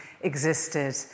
existed